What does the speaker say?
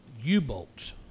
u-bolts